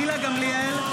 (קוראת בשמות חברי הכנסת) גילה גמליאל,